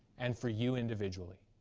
and for you individually.